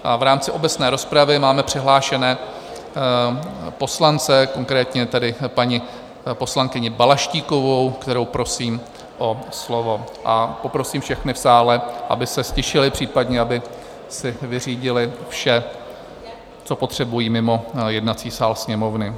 V rámci obecné rozpravy máme přihlášené poslance, konkrétně paní poslankyně Balaštíkovou, kterou prosím o slovo, a poprosím všechny v sále, aby se ztišili, případně aby si vyřídili vše, co potřebují, mimo jednací sál Sněmovny.